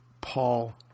Paul